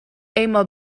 eenmaal